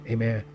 Amen